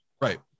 Right